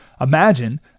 imagine